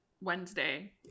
Wednesday